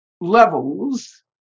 levels